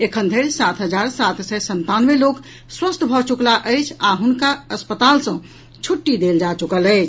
एखनधरि सात हजार सात सय संतानवे लोक स्वस्थ भऽ चुकलाह अछि आ हुनका अस्पताल सॅ छुट्टी देल जा चुकल अछि